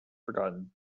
forgotten